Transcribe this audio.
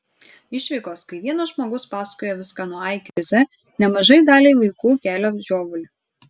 išvykos kai vienas žmogus pasakoja viską nuo a iki z nemažai daliai vaikų kelia žiovulį